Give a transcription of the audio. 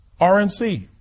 RNC